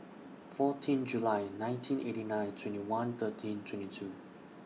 fourteen July nineteen eighty nine twenty one thirteen twenty two